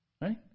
Right